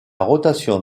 rotation